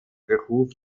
beruf